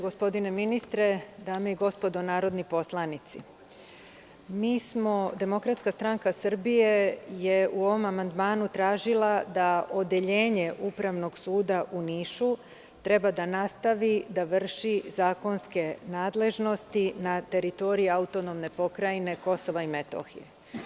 Gospodine ministre, dame i gospodo narodni poslanici, mi smo, DSS, je u ovom amandmanu tražila da odeljenje upravnog suda u Nišu treba da nastavi da vrši Zakonske nadležnosti na teritoriji AP Kosovo i Metohije.